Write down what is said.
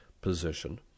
position